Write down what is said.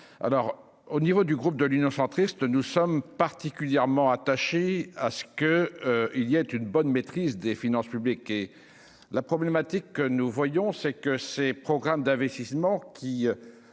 alors au niveau du groupe de l'Union centriste nous sommes particulièrement attachés à ce que il y a une bonne maîtrise des finances publiques et la problématique que nous voyons, c'est que ces programmes d'investissements qui